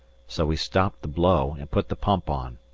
so we stopped the blow and put the pump on.